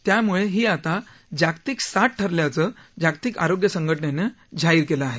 त्यामुळे ही आता जागतिक साथ ठरल्याचं जागतिक आरोग्य संघटनेने जाहीर केलं आहे